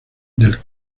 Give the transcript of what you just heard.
del